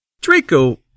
Draco